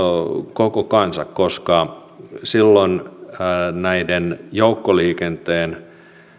koko kansa koska silloin joukkoliikenteen